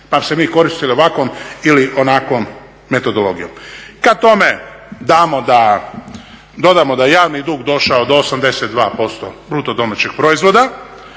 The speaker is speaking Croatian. pa se mi koristili ovakvom ili onakvom metodologijom. Kad tome dodamo da je javni dug došao do 82% bruto domaćeg proizvoda